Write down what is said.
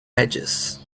edges